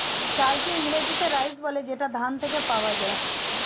চালকে ইংরেজিতে রাইস বলে যেটা ধান থেকে পাওয়া যায়